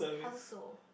how so